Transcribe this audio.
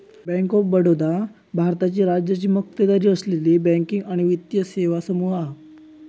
bank of Baroda भारताची राज्याची मक्तेदारी असलेली बँकिंग आणि वित्तीय सेवा समूह हा